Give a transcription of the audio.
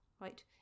right